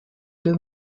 deux